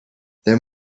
then